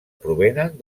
provenen